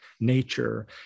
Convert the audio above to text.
nature